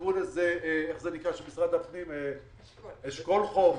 תקראו לזה אשכול חוף,